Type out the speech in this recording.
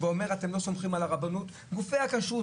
מה שראינו לנגד עינינו זה דברים של מציאות,